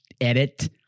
edit